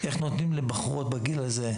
איך נותנים לבחורות בגיל הזה,